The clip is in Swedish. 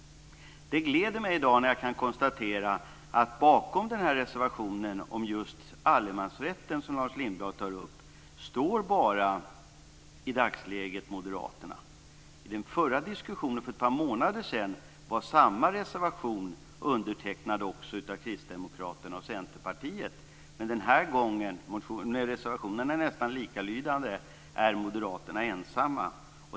Det gläder mig när jag i dag kan konstatera att bakom reservationen om just allemansrätten som Lars Lindblad tar upp står i dagsläget bara Moderaterna. I den förra diskussionen för några månader sedan var samma reservation undertecknad också av Kristdemokraterna och Centerpartiet. Men den här gången - reservationerna är nästan likalydande - är Moderaterna ensamma.